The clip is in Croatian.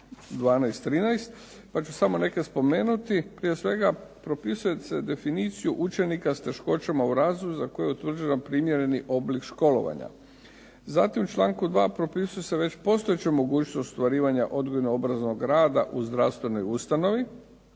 12, 13 pa ću samo neke spomenuti. Prije svega propisuje se definiciju učenika s teškoćama u razvoju za koje utvrđujemo primjereni oblik školovanja. Zatim članku 2. propisuje se već postojeća mogućnost ostvarivanja odgojno obrazovnog rada u zdravstvenoj ustanovi.